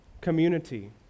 community